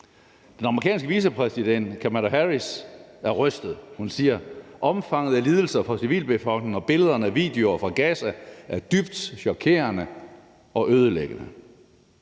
Den amerikanske vicepræsident, Kamala Harris, er rystet. Hun siger: Omfanget af lidelser for civilbefolkningen og billeder og videoer fra Gaza er dybt chokerende og ødelæggende.